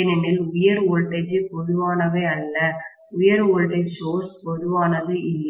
ஏனெனில் உயர் வோல்டேஜ் பொதுவானவை அல்ல உயர் வோல்டேஜ் சோர்ஸ் பொதுவானது இல்லை